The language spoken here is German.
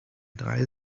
drei